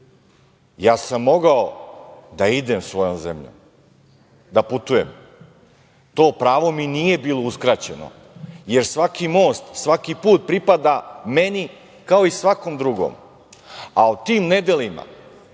ja sam mogao da idem svojom zemljom, da putujem. To pravo mi nije bilo uskraćeno, jer svaki most, svaki put pripada meni, kao i svakom drugom. Rim